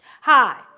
Hi